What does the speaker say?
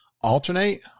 alternate